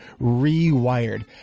Rewired